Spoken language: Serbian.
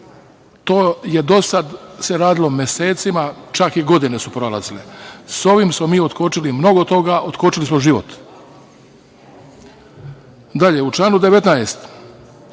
To se do sada radilo mesecima, čak i godine su prolazile. Sa ovim smo mi otkočili mnogo toga, otkočili smo život. Dalje, u članu 19.